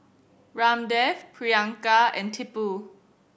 Ramdev Priyanka and Tipu